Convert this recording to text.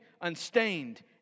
unstained